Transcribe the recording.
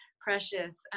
precious